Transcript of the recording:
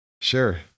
Sure